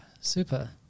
super